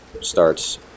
starts